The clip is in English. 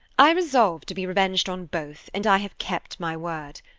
i resolved to be revenged on both, and i have kept my word.